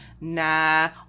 nah